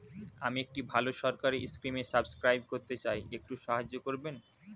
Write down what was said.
আমি একটি ভালো সরকারি স্কিমে সাব্সক্রাইব করতে চাই, একটু সাহায্য করবেন?